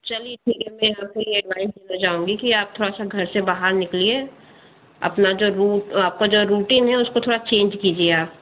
चलिए ठीक है मैं आपको ये एड्वाइस देना चाहूँगी कि आपका थोड़ा सा घर से बाहर निकलीए अपना जो रूट आपका जो रूटीन है उसको थोड़ा सा चेंज कीजिए आप